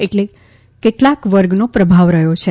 એટલે કેટલાક વર્ગનો પ્રભાવ રહયો છે